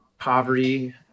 poverty